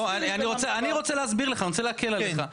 אני רוצה להקל עליך ולהסביר לך.